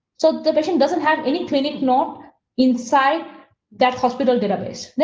so the patient doesn't have any clinic not inside that hospital database,